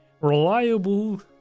reliable